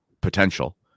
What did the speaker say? potential